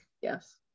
Yes